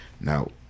Now